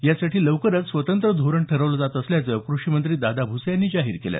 यासाठी लवकरच स्वतंत्र धोरण ठरवलं जात असल्याचं कृषी मंत्री दादा भुसे यांनी जाहीर केलं